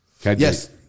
Yes